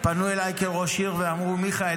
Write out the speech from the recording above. פנו אליי כראש עיר ואמרו: מיכאל,